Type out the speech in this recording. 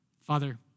Father